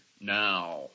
now